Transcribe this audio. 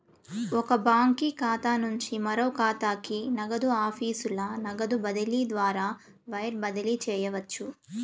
ఒక బాంకీ ఖాతా నుంచి మరో కాతాకి, నగదు ఆఫీసుల నగదు బదిలీ ద్వారా వైర్ బదిలీ చేయవచ్చు